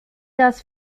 das